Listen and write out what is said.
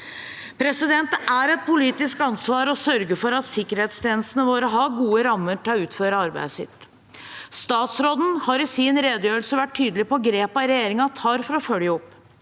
Det er et politisk ansvar å sørge for at sikkerhetstjenestene våre har gode rammer for å utføre arbeidet sitt. Statsråden har i sin redegjørelse vært tydelig på grepene regjeringen tar for å følge opp.